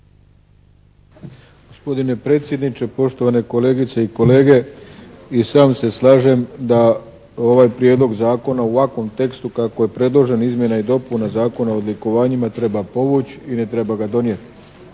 Gospodine predsjedniče, poštovane kolegice i kolege i sam se slažem da ovaj Prijedlog zakona u ovakvom tekstu kako je predložen izmjena i dopuna Zakona o odlikovanjima treba povući i ne treba ga donijeti.